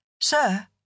Sir